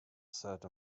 set